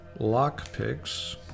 Lockpicks